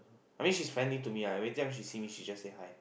I mean she's friendly to me lah every time she see me she just say hi